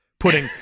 Putting